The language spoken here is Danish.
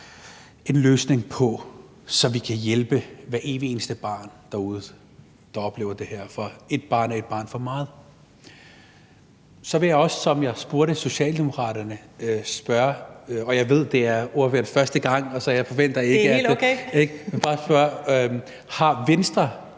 en løsning på, så vi kan hjælpe hver evig eneste barn derude, der oplever det her, for ét barn er et barn for meget. Ligesom jeg spurgte Socialdemokraterne – og jeg ved, at det er første gang for ordføreren (Maja Torp (V): Det er helt okay) – vil jeg bare spørge: Har Venstre